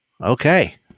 Okay